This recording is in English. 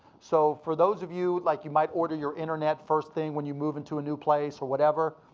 so for those of you, like you might order your internet first thing when you move into a new place or whatever,